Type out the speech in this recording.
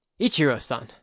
Ichiro-san